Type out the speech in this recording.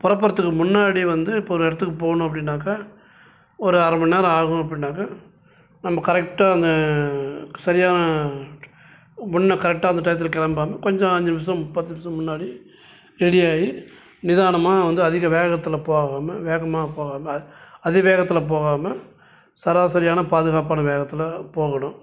புறப்படுறதுக்கு முன்னாடி வந்து இப்போது ஒரு இடத்துக்கு போகணும் அப்படினாக்கா ஒரு அரை மணி நேரம் ஆகும் அப்படினாக்கா நம்ம கரெக்டாக அந்த சரியான ஒன்றை கரெக்டாக அந்த டையத்தில் கிளம்பாம கொஞ்சம் அஞ்சு நிமிடம் பத்து நிமிடத்துக்கு முன்னாடி ரெடி ஆகி நிதானமாக வந்து அதிக வேகத்தில் போகாமல் வேகமாக போகாமல் அதி வேகத்தில் போகாமல் சராசரியான பாதுகாப்பான வேகத்தில் போகணும்